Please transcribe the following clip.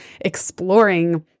exploring